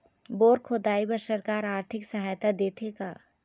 Bore खोदाई बर सरकार आरथिक सहायता देथे का?